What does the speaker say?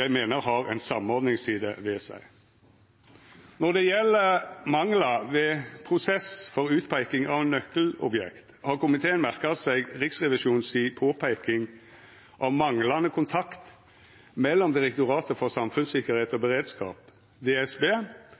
jeg mener har en samordningsside ved seg.» Når det gjeld manglar ved prosess for utpeiking av nøkkelobjekt, har komiteen merka seg Riksrevisjonen si påpeiking av manglande kontakt mellom Direktoratet for samfunnssikkerhet og beredskap – DSB